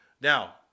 now